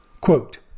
Quote